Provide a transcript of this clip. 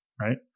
Right